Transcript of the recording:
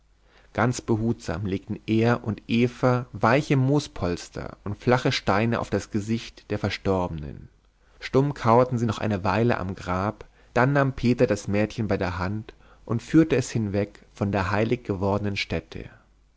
ganz behutsam legten er und eva weiche moospolster und flache steine auf das gesicht der verstorbenen stumm kauerten sie noch eine weile am grab dann nahm peter das mädchen bei der hand und führte es hinweg von der heilig gewordenen stätte